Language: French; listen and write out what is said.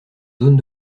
zone